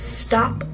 stop